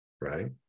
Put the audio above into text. right